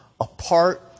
apart